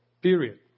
Period